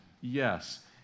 Yes